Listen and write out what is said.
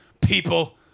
people